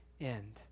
end